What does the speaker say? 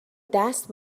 دست